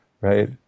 right